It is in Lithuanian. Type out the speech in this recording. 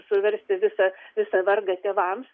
suversti visas visą vargą tėvams